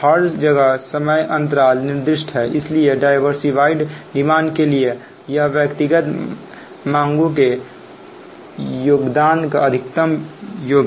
हर जगह समय अंतराल निर्दिष्ट हैइसलिए डायवर्सिफाइड डिमांड के लिए यह व्यक्तिगत मांगों के योगदान का अधिकतम योग है